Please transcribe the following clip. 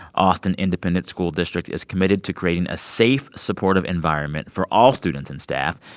austin independent school district is committed to creating a safe, supportive environment for all students and staff,